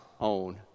own